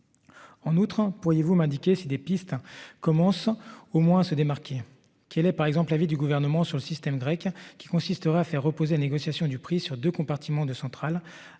En outre, pourriez-vous m'indiquer si des pistes commence. Au moins se démarquer, qui est par exemple l'avis du gouvernement sur le système grec qui consisterait à faire reposer négociation du prix sur 2 compartiments de centrales